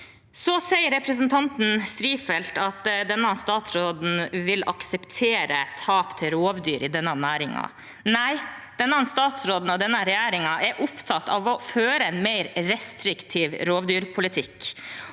Representanten Strifeldt sier at denne statsråden vil akseptere tap til rovdyr i denne næringen. Nei, denne statsråden og denne regjeringen er opptatt av å føre en mer restriktiv rovdyrpolitikk.